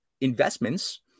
investments